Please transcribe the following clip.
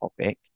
topic